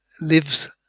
lives